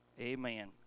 Amen